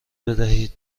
بدهید